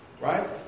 Right